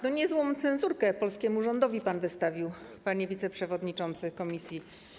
Niezłą cenzurkę polskiemu rządowi pan wystawił, panie wiceprzewodniczący komisji.